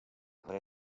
vraie